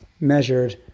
measured